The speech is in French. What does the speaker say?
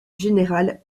général